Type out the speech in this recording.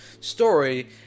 story